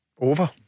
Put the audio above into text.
over